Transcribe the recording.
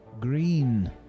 Green